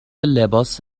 لباس